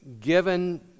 given